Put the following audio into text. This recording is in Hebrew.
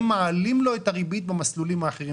הם מעלים לו את הריבית במסלולים האחרים.